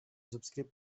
subscrit